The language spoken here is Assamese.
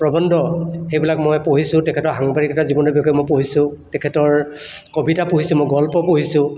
প্ৰবন্ধ সেইবিলাক মই পঢ়িছোঁ তেখেতৰ সাংবাদিকতা জীৱনৰ বিষয়ে মই পঢ়িছোঁ তেখেতৰ কবিতা পঢ়িছোঁ মই গল্প পঢ়িছোঁ